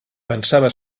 pensava